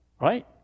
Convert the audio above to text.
right